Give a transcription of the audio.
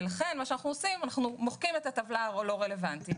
לכן אנחנו מוחקים את הטבלה הלא רלוונטית,